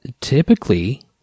typically